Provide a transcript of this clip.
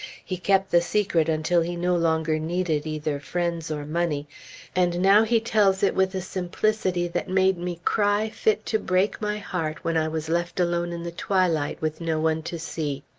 he kept the secret until he no longer needed either friends or money and now he tells it with a simplicity that made me cry fit to break my heart when i was left alone in the twilight with no one to see.